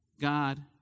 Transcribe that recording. God